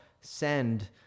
send